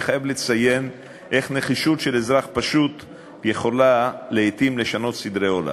אני חייב לציין איך נחישות של אזרח פשוט יכולה לעתים לשנות סדרי עולם.